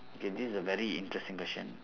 okay this is a very interesting question